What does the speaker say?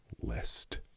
Lest